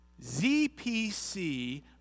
ZPC